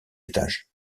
étages